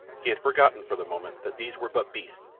he had forgotten for the moment that these were but beasts,